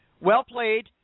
well-played